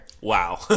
Wow